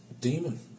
demon